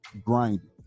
grinding